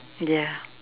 ya